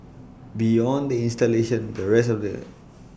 beyond the installation the rest of the